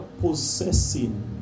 possessing